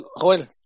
Joel